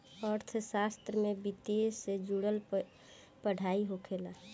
अर्थशास्त्र में वित्तसे से जुड़ल पढ़ाई होखेला